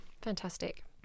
Fantastic